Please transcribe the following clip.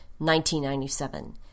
1997